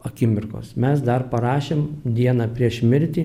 akimirkos mes dar parašėm dieną prieš mirtį